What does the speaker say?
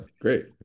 Great